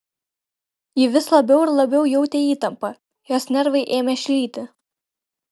ji vis labiau ir labiau jautė įtampą jos nervai ėmė šlyti